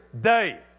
day